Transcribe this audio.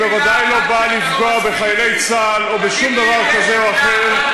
היא בוודאי לא באה לפגוע בחיילי צה"ל או בשום דבר כזה או אחר,